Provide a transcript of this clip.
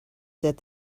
that